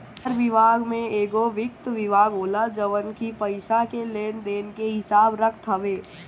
हर विभाग में एगो वित्त विभाग होला जवन की पईसा के लेन देन के हिसाब रखत हवे